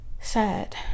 Sad